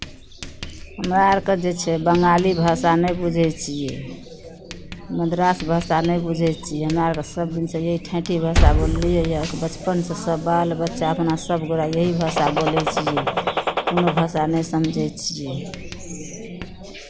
हमरा आरके जे छै बंगाली भाषा नहि बुझै छियै मद्रास भाषा नहि बुझै छियै हमरा आरके सभदिनसँ एही ठेठी भाषा बोललियैए बचपनसँ बाल बच्चा अपना सभगोरे यही भाषा बोलै छियै कोनो भाषा नहि समझै छियै